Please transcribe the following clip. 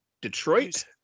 Detroit